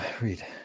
read